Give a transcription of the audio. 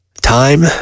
Time